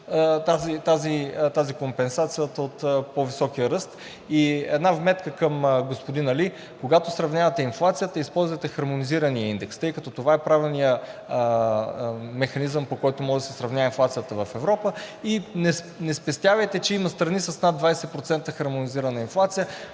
тази компенсация от по-високия ръст. Една вметка към господин Али. Когато сравнявате инфлацията, използвайте хармонизирания индекс, тъй като това е правилният механизъм, по който може да се сравнява инфлацията в Европа, и не спестявайте, че има страни с над 20% хармонизирана инфлация,